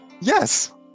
Yes